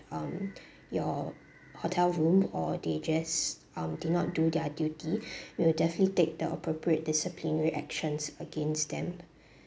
um your hotel room or they just um did not do their duty we'll definitely take the appropriate disciplinary actions against them